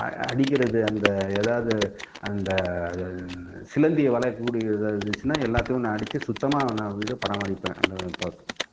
அடிக்கிறது அந்த எதாவது அந்த சிலந்தி வலை கூடு எதாவது இருந்துச்சுன்னால் எல்லாத்துக்கும் நான் அடித்து சுத்தமாக நான் வீடை பராமரிப்பேன்